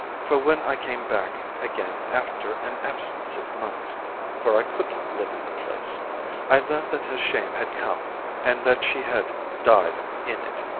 for when i came back again after an absence of months for i could not live in the place i learned that her shame had come and that she had died in it.